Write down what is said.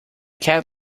cat